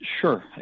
Sure